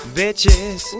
bitches